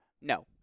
No